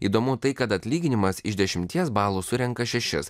įdomu tai kad atlyginimas iš dešimties balų surenka šešis